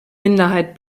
minderheit